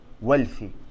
wealthy